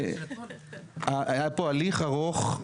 היה פה הליך ארוך,